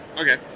Okay